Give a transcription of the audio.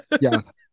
Yes